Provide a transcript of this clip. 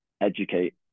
educate